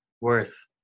worth